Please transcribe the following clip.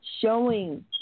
showing